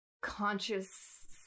conscious